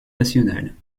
nationale